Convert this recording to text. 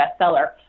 bestseller